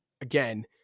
again